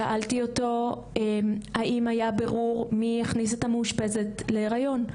שאלתי אותו האם היה בירור מי הכניס את המאושפזת להריון.